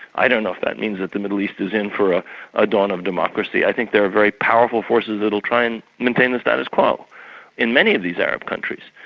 i don't know if that means that the middle east is in for a dawn of democracy i think there are very powerful forces that will try and maintain the status quo in many of these arab countries.